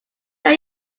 that